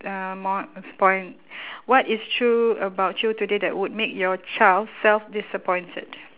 uh more disappoint what is true about you today that would make your child self disappointed